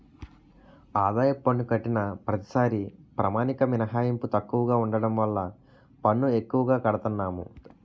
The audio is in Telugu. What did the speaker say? ఆదాయపు పన్ను కట్టిన ప్రతిసారీ ప్రామాణిక మినహాయింపు తక్కువగా ఉండడం వల్ల పన్ను ఎక్కువగా కడతన్నాము